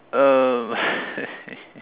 um